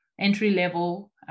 entry-level